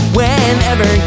Whenever